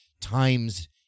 times